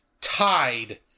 tied